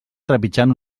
trepitjant